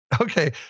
Okay